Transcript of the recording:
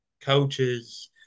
coaches